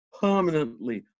permanently